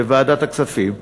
בוועדת הכספים,